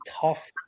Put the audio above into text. tough